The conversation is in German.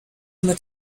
mit